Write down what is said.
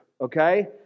okay